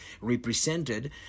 represented